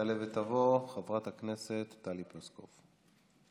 תעלה ותבוא חברת הכנסת טלי פלוסקוב.